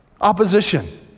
Opposition